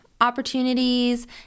opportunities